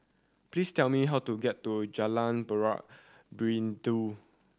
please tell me how to get to Jalan Buloh Perindu